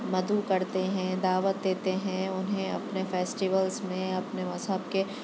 مدعو کرتے ہیں دعوت دیتے ہیں انہیں اپنے فیسٹیولس میں اپنے مذہب کے